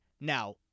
Now